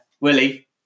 Willie